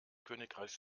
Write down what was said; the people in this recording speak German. königreichs